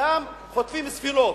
שם חוטפים ספינות,